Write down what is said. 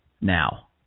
now